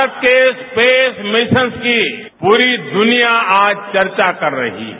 भारत के space missions की पूरी दुनिया आज चर्चा कर रही है